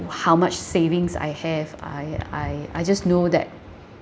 how much savings I have I I I just know that